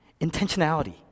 Intentionality